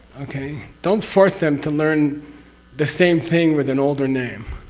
okay? don't force them to learn the same thing with an older name,